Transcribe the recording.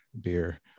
beer